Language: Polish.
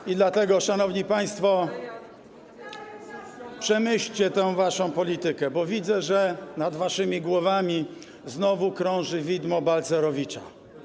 I dlatego, szanowni państwo, przemyślcie waszą politykę, bo widzę, że nad waszymi głowami znowu krąży widmo Balcerowicza.